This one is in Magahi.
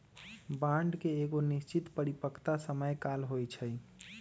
बांड के एगो निश्चित परिपक्वता समय काल होइ छइ